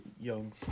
young